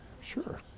Sure